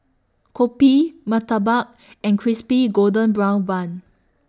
Kopi Murtabak and Crispy Golden Brown Bun